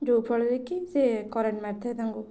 ଯେଉଁ ଫଳରେ କି ସେ କରେଣ୍ଟ ମାରିଥାଏ ତାଙ୍କୁ